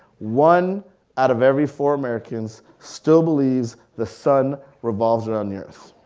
one out of every four americans still believes the sun revolves around the earth.